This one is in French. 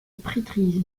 prêtrise